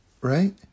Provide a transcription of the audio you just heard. right